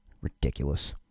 Ridiculous